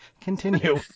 Continue